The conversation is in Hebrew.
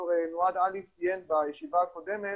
ד"ר נוהאד עלי ציין בישיבה הקודמת